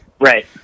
Right